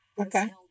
okay